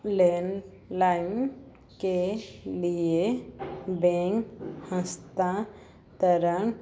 landline के लिए bank हस्ताक्षरण